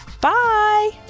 Bye